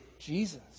Jesus